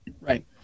Right